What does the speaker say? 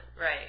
right